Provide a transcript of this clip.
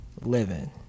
living